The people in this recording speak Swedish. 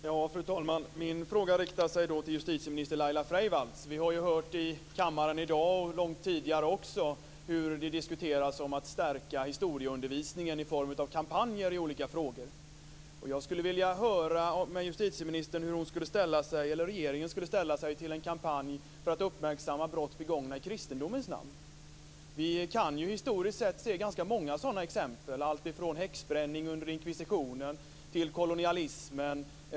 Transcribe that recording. Fru talman! Min fråga riktar sig till justitieminister Laila Freivalds. Vi har ju hört i kammaren i dag och också tidigare hur det diskuteras att man skall stärka historieundervisningen i form av kampanjer i olika frågor. Jag vill höra hur justitieministern eller regeringen skulle ställa sig till en kampanj som uppmärksammar brott begångna i kristendomens namn. Vi kan ju historiskt sett se ganska många sådana exempel alltifrån häxbränning under inkvisitionen till kolonialismen.